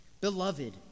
Beloved